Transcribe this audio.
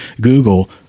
Google